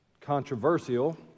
controversial